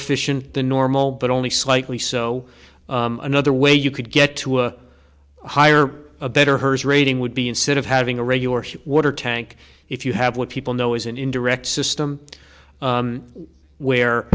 efficient than normal but only slightly so another way you could get to a higher a better hers rating would be incentives having a regular water tank if you have what people know is an indirect system where